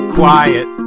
quiet